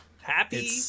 Happy